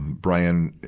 brian,